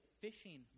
fishing